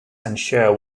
unsure